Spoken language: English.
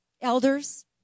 elders